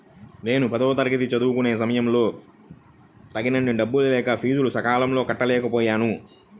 నేను పదవ తరగతి చదువుకునే సమయంలో తగినన్ని డబ్బులు లేక ఫీజులు సకాలంలో కట్టలేకపోయాను